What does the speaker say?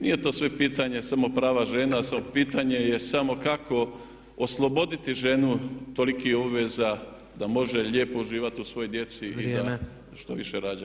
Nije to sve pitanje samo prava žena, pitanje je samo kako osloboditi ženu tolikih obveza da može lijepo uživati u svojoj djeci i da što više rađa.